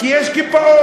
כי יש קיפאון.